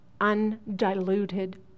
undiluted